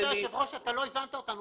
כבוד היושב-ראש, לא הבנת אותנו.